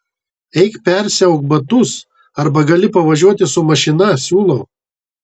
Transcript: eik persiauk batus arba gali pavažiuoti su mašina siūlau